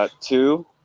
Two